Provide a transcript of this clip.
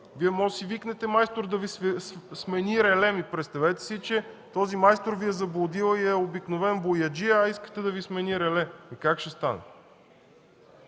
Вие можете да си викнете майстор, за да Ви смени реле, но представете си, че този майстор Ви е заблудил и е обикновен бояджия, а искате да Ви смени реле. Как ще стане?!